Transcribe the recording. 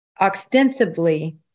ostensibly